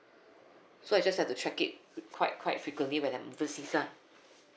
so I just have to check it quite quite frequently when I'm oversea lah